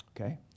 Okay